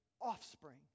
offspring